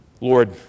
Lord